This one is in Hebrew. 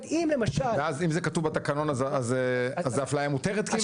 ואז אם זה כתוב בתקנון אז זה אפליה מותרת כאילו?